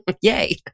Yay